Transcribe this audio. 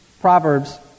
Proverbs